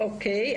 אוקיי.